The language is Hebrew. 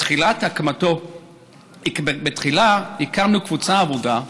בתחילה הקמנו קבוצות עבודה,